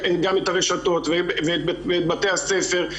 גם את הרשתות ואת בתי הספר.